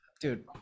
dude